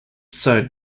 side